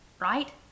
right